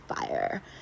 fire